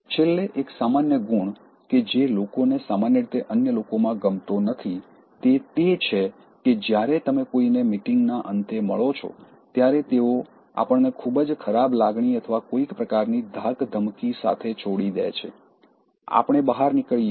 છેલ્લે એક સામાન્ય ગુણ કે જે લોકોને સામાન્ય રીતે અન્ય લોકોમાં ગમતો નથી તે એ છે કે જ્યારે તમે કોઈને મીટિંગના અંતે મળો છો ત્યારે તેઓ આપણને ખૂબ જ ખરાબ લાગણી અથવા કોઈક પ્રકારની ધાકધમકી સાથે છોડી દે છે આપણે બહાર નીકળીએ છીએ